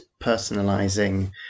personalizing